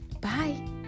Bye